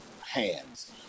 hands